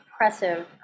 impressive